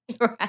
Right